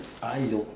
hello